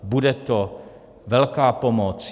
Bude to velká pomoc.